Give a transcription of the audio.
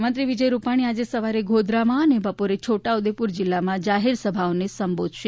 મુખ્યમંત્રી વિજય રૃપાણી આજે સવારે ગોધરામાં અને બપોરે છોટા ઉદેપુર જિલ્લામાં જાહેર સભાઓને સંબોધશે